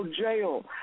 jail